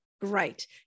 Great